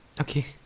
Okay